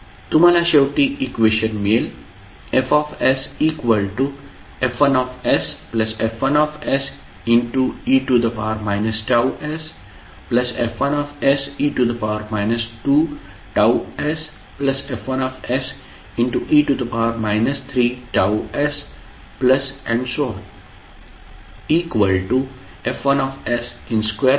तुम्हाला शेवटी इक्वेशन मिळेल FsF1sF1se TsF1se 2TsF1se 3Ts